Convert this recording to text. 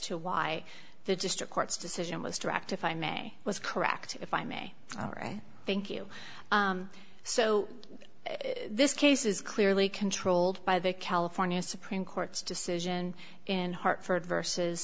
to why the district court's decision was tracked if i may was correct if i may say thank you so this case is clearly controlled by the california supreme court's decision in hartford versus